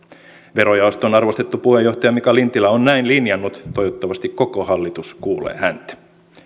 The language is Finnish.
verojaoston arvostettu puheenjohtaja mika lintilä on näin linjannut toivottavasti koko hallitus kuulee häntä